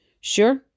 Sure